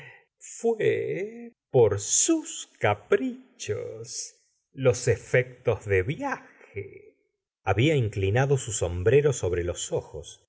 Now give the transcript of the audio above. fué por sus caprichos los efectos de viaje había inclinado su sombrero sobre los ojos